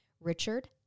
Richard